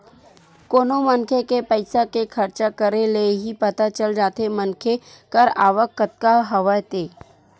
कोनो मनखे के पइसा के खरचा करे ले ही पता चल जाथे मनखे कर आवक कतका हवय ते